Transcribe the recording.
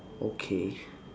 okay